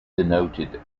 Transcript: denoted